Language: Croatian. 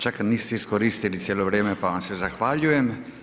Čak niste iskoristili cijelo vrijeme, pa vam se zahvaljujem.